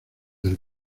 del